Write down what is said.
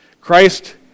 Christ